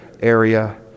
area